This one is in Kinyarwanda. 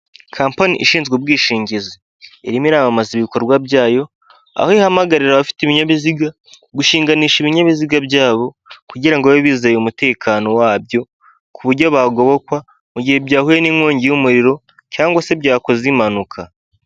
Kampani ishinzwe ubwishingizi irimo iramamaza ibikorwa byayo, aho ihamagarira abafite ibinyabiziga gushinganisha ibinyabiziga byabo kugirango babe bizeye umutekano wabyo, ku buryo bagobokwa mu gihe byahuye n'inkongi y'umuriro cyanwa se byakoze impanuka.